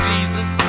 Jesus